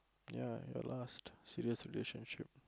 ya your last serious relationship